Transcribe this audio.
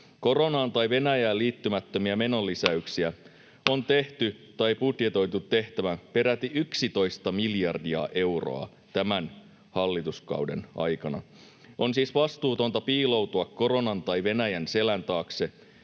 Koronaan tai Venäjään liittymättömiä menolisäyksiä on tehty tai budjetoitu tehtävän peräti 11 miljardia euroa tämän hallituskauden aikana. On siis vastuutonta piiloutua koronan tai Venäjän selän taakse